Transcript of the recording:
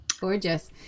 Gorgeous